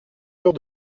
genre